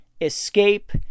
escape